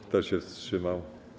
Kto się wstrzymał?